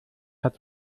hat